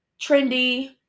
trendy